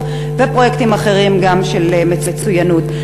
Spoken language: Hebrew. ופרויקטים אחרים של מצוינות.